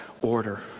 order